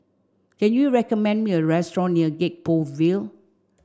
can you recommend me a restaurant near Gek Poh Ville